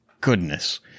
goodness